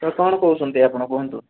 ତ କ'ଣ କହୁଛନ୍ତି ଆପଣ କୁହନ୍ତୁ